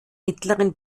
mittleren